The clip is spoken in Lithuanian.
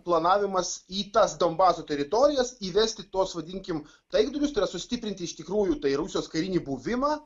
planavimas į tas donbaso teritorijas įvesti tuos vadinkim taikdarius tai yra sustiprinti iš tikrųjų tai rusijos karinį buvimą